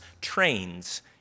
trains